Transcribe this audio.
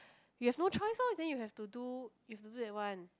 you have no choice lor then you have to do you have to do that one